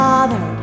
Father